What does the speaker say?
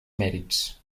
mèrits